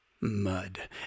mud